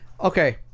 okay